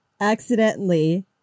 accidentally